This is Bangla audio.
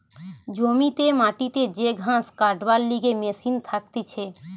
জমিতে মাটিতে যে ঘাস কাটবার লিগে মেশিন থাকতিছে